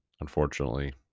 Unfortunately